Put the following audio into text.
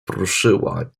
prószyła